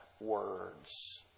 words